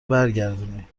برگردونی